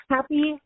Happy